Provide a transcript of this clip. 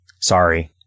Sorry